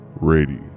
ready